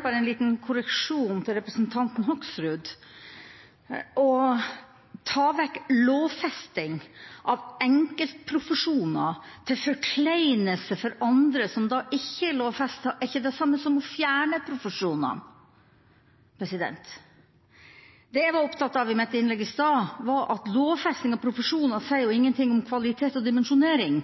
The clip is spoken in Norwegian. Bare en liten korreksjon til representanten Hoksrud: Å ta vekk lovfesting av enkeltprofesjoner til forkleinelse for andre, som ikke er lovfestet, er ikke det samme som å fjerne profesjoner. Det jeg var opptatt av i mitt innlegg i stad, var at lovfesting av profesjoner sier ingenting om kvalitet og dimensjonering.